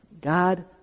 God